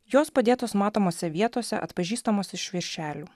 jos padėtos matomose vietose atpažįstamos iš viršelių